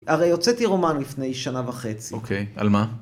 הרי הוצאתי רומן לפני שנה וחצי. אוקיי, על מה?